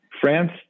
France